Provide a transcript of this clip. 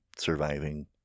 Surviving